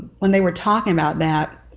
when they were talking about that,